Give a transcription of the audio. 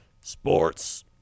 Sports